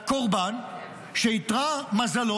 לקורבן שהתמזל מזלו